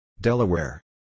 Delaware